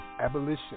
Abolition